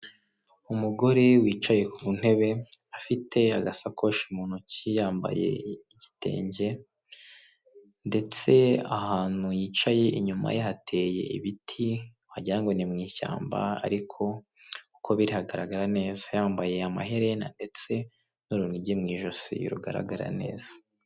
Umugore wicaye kuntebe, afite agasakoshi mu ntoki yambaye igitenge ndetse ahantu hicaye inyuma yateye ibiti wagirango ni mu ishyamba ariko uko biri hagaragara neza ,yambaye amaherena ndetse urugi mu ijosi rugaragara neza.